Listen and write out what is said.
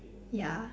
ya